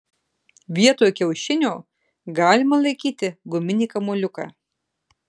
vietoj kiaušinio galima laikyti guminį kamuoliuką